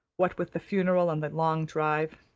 what with the funeral and the long drive.